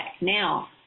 Now